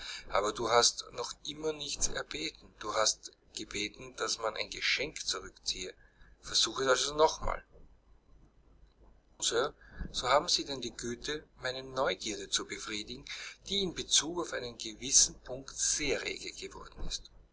aber du hast noch immer nichts erbeten du hast gebeten daß man ein geschenk zurückziehe versuch es also noch einmal nun sir so haben sie denn die güte meine neugierde zu befriedigen die in bezug auf einen gewissen punkt sehr rege geworden ist